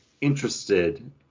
interested